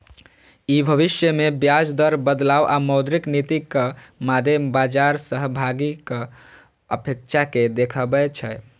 ई भविष्य मे ब्याज दर बदलाव आ मौद्रिक नीतिक मादे बाजार सहभागीक अपेक्षा कें देखबै छै